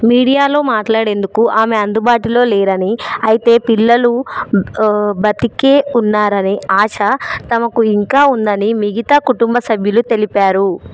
మీడియాలో మాట్లాడేందుకు ఆమె అందుబాటులో లేరని అయితే పిల్లలు బతికే ఉన్నారనే ఆశ తమకు ఇంకా ఉందని మిగతా కుటుంబ సభ్యులు తెలిపారు